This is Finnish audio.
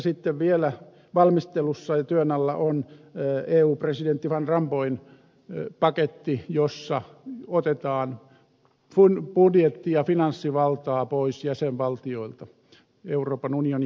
sitten vielä valmistelussa ja työn alla on eun presidentin van rompuyin paketti jossa otetaan budjetti ja finanssivaltaa pois jäsenvaltioilta euroopan unionin jäsenmailta